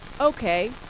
Okay